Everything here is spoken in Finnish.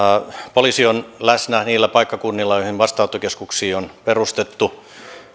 poliisi on läsnä niillä paikkakunnilla joihin vastaanottokeskuksia on perustettu